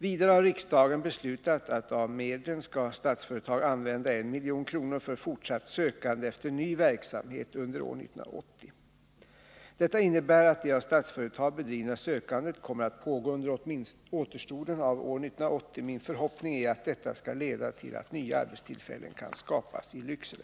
Vidare har riksdagen beslutat att Statsföretag av medlen skall använda 1 milj.kr. för fortsatt sökande efter ny verksamhet under år 1980. Detta innebär att det av Statsföretag bedrivna sökandet kommer att pågå under återstoden av år 1980. Min förhoppning är att detta skall leda till att nya arbetstillfällen kan skapas i Lycksele.